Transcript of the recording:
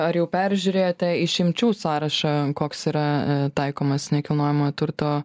ar jau peržiūrėjote išimčių sąrašą koks yra taikomas nekilnojamojo turto